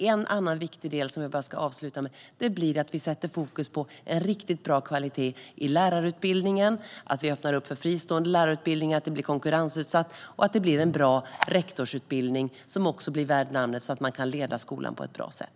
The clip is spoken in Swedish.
En annan viktig del, avslutningsvis, är att sätta fokus på en riktigt bra kvalitet i lärarutbildningen, att öppna upp för fristående lärarutbildning så att den blir konkurrensutsatt och att det blir en bra rektorsutbildning som är värd namnet, så att skolan kan ledas på ett bra sätt.